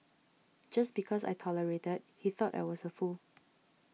just because I tolerated he thought I was a fool